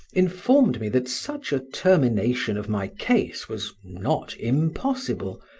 informed me that such a termination of my case was not impossible,